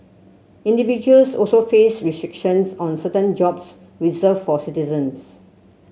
individuals also face restrictions on certain jobs reserve for citizens